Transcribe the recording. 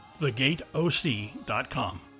thegateoc.com